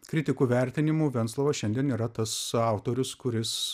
kritikų vertinimu venclova šiandien yra tas autorius kuris